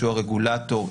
שהוא הרגולטור,